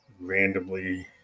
randomly